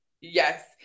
Yes